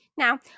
Now